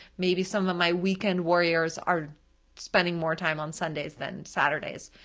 maybe some of my weekend warriors are spending more time on sundays than saturdays.